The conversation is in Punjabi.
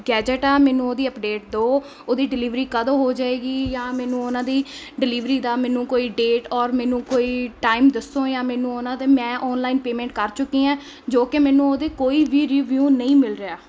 ਗੈਜੇਟ ਆ ਮੈਨੂੰ ਉਹਦੀ ਅਪਡੇਟ ਦੋ ਉਹਦੀ ਡਿਲੀਵਰੀ ਕਦੋਂ ਹੋ ਜਾਏਗੀ ਜਾਂ ਮੈਨੂੰ ਉਹਨਾਂ ਦੀ ਡਿਲੀਵਰੀ ਦਾ ਮੈਨੂੰ ਕੋਈ ਡੇਟ ਔਰ ਮੈਨੂੰ ਕੋਈ ਟਾਈਮ ਦੱਸੋ ਜਾਂ ਮੈਨੂੰ ਉਹਨਾਂ ਦੇ ਮੈਂ ਆਨਲਾਈਨ ਪੇਮੈਂਟ ਕਰ ਚੁੱਕੀ ਹਾਂ ਜੋ ਕਿ ਮੈਨੂੰ ਉਹਦੇ ਕੋਈ ਵੀ ਰਿਵਿਊ ਨਹੀਂ ਮਿਲ ਰਿਹਾ